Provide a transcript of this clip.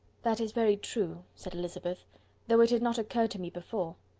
that is very true, said elizabeth though it had not occurred to me before.